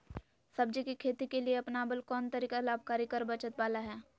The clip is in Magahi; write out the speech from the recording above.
सब्जी के खेती के लिए अपनाबल कोन तरीका लाभकारी कर बचत बाला है?